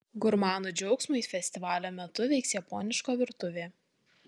gurmanų džiaugsmui festivalio metu veiks japoniška virtuvė